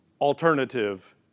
alternative